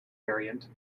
variant